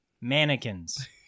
Mannequins